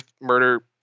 murder